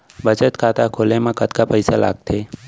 बचत खाता खोले मा कतका पइसा लागथे?